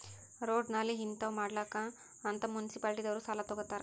road, ನಾಲಿ ಹಿಂತಾವ್ ಮಾಡ್ಲಕ್ ಅಂತ್ ಮುನ್ಸಿಪಾಲಿಟಿದವ್ರು ಸಾಲಾ ತಗೊತ್ತಾರ್